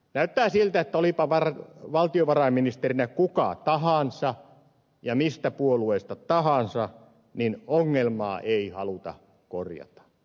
näyttää siltä että olipa valtiovarainministerinä kuka tahansa mistä puolueesta tahansa ongelmaa ei haluta korjata